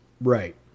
Right